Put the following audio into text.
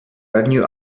revenue